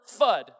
Fudd